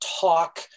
talk